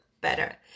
better